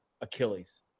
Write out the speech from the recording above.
Achilles